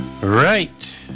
Right